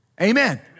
Amen